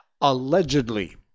Allegedly